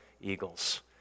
Eagles